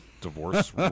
divorce